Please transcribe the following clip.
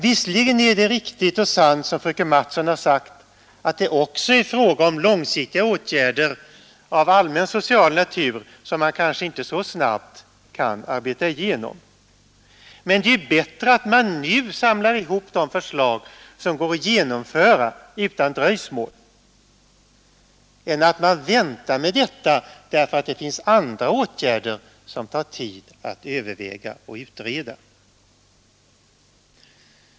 Visserligen är det riktigt och sant som fröken Mattson har sagt, att det också är fråga om långsiktiga åtgärder av allmän social natur, som man kanske inte så snabbt kan arbeta igenom, men det är bättre att man nu samlar ihop de förslag som går att genomföra utan dröjsmål än att man väntar med detta därför att det finns andra åtgärder som tar tid att överväga och utreda.